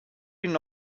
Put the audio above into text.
ihnen